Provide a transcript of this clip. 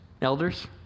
elders